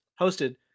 hosted